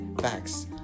facts